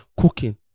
cooking